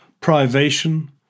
privation